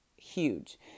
Huge